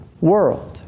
world